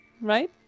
Right